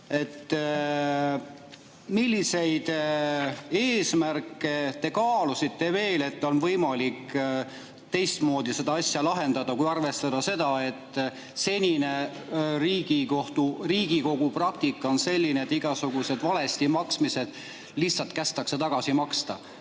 milliseid eesmärke te kaalusite veel, et on võimalik teistmoodi seda asja lahendada, kui arvestada seda, et senine Riigikogu praktika on selline, et igasugused valesti maksmised lihtsalt kästakse tagasi maksta?